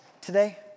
today